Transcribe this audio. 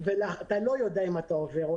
100,000 שקל, ואתה לא יודע אם אתה עובר.